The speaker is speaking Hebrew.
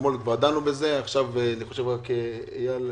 אתמול כבר דנו ואני מציע שנקריא.